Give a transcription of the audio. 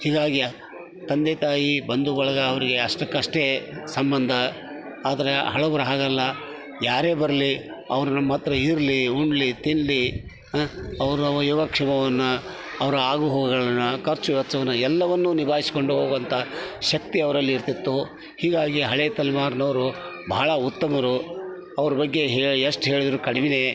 ಹೀಗಾಗಿ ತಂದೆ ತಾಯಿ ಬಂಧು ಬಳಗ ಅವ್ರಿಗೆ ಅಷ್ಟಕ್ಕಷ್ಟೆ ಸಂಬಂಧ ಆದರೆ ಹಳಬರು ಹಾಗಲ್ಲ ಯಾರೇ ಬರಲಿ ಅವ್ರು ನಮ್ಮತ್ತಿರ ಇರಲಿ ಉಣ್ಣಲಿ ತಿನ್ನಲಿ ಅವ್ರು ನಮ್ಮ ಯೋಗ ಕ್ಷೇಮವನ್ನು ಅವರ ಆಗು ಹೋಗುಗಳನ್ನು ಖರ್ಚು ವೆಚ್ಚವನ್ನು ಎಲ್ಲವನ್ನು ನಿಭಾಯಿಸಿಕೊಂಡು ಹೋಗುವಂತ ಶಕ್ತಿ ಅವ್ರಲ್ಲಿ ಇರುತಿತ್ತು ಹೀಗಾಗಿ ಹಳೆ ತಲೆಮಾರಿನವ್ರು ಬಹಳ ಉತ್ತಮರು ಅವ್ರ ಬಗ್ಗೆ ಎಷ್ಟು ಹೇಳಿದರು ಕಡಿಮೆನೆ